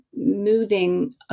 moving